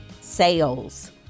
sales